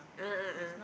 a'ah a'ah